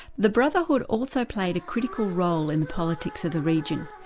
the brotherhood also played a critical role in politics of the region,